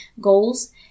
goals